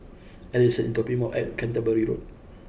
Edson is dropping me off at Canterbury Road